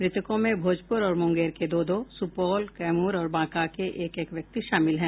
मृतकों में भोजपुर और मुंगेर के दो दो सुपौल कैमूर और बांका के एक एक व्यक्ति शामिल है